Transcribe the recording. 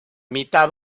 mitad